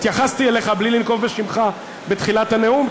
התייחסתי אליך בלי לנקוב בשמך בתחילת הנאום,